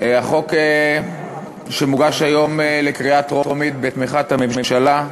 החוק שמוגש היום לקריאה טרומית, בתמיכת הממשלה,